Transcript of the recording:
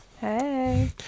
Hey